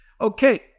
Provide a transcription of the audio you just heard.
Okay